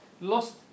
lost